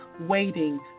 waiting